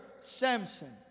Samson